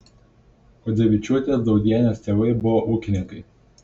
kuodzevičiūtės daudienės tėvai buvo ūkininkai